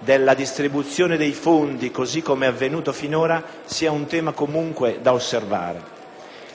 della distribuzione dei fondi, così com'è avvenuta finora, sia comunque da osservare.